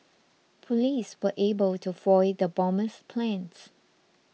police were able to foil the bomber's plans